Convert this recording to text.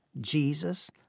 Jesus